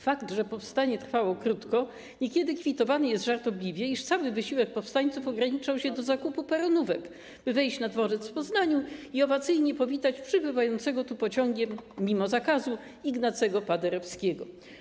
Fakt, że powstanie trwało krótko, niekiedy kwitowany jest żartobliwie, iż cały wysiłek powstańców ograniczał się do zakupy peronówek, by wejść na dworzec w Poznaniu i owacyjnie powitać przybywającego tu pociągiem, mimo zakazu, Ignacego Paderewskiego.